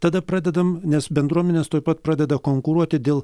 tada pradedame nes bendruomenės tuoj pat pradeda konkuruoti dėl